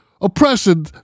Oppression